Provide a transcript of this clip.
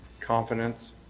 Confidence